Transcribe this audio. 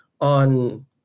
on